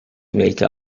make